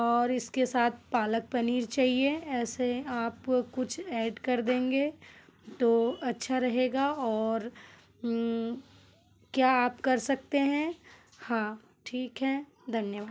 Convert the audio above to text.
और इसके साथ पालक पनीर चाहिए ऐसे आप कुछ ऐड कर देंगे तो अच्छा रहेगा और क्या आप कर सकते हैं हाँ ठीक है धन्यवाद